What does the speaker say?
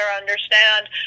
understand